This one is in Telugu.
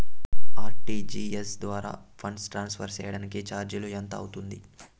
ఆర్.టి.జి.ఎస్ ద్వారా ఫండ్స్ ట్రాన్స్ఫర్ సేయడానికి చార్జీలు ఎంత అవుతుంది